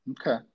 Okay